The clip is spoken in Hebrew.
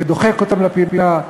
כדוחק אותם לפינה,